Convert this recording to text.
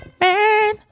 man